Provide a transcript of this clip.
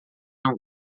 não